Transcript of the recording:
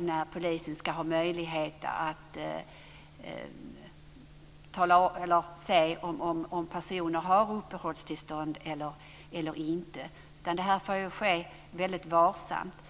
när polisen ska ha möjlighet att se om personer har uppehållstillstånd eller inte. Det här får ske väldigt varsamt.